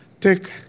take